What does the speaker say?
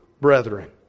brethren